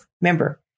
Remember